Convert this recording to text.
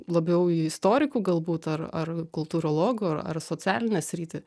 labiau į istorikų galbūt ar ar kultūrologų ar ar socialinę sritį